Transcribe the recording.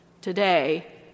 Today